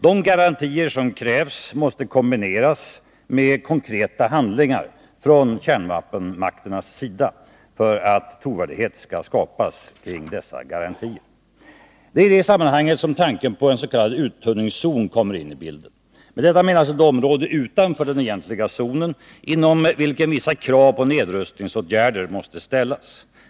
De garantier som krävs måste kombineras med konkreta handlingar från kärnvapenmakternas sida för att trovärdighet skall skapas kring dessa garantier. Det är i det sammanhanget som tanken på en s.k. uttunningszon kommer in i bilden. Med uttunningszon menas ett område utanför den egentliga zonen, inom vilket vissa krav på nedrustningsåtgärder måste ställas.